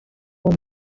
uwo